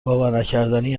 باورنکردنی